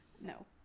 No